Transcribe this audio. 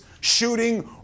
shooting